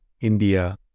India